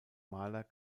maler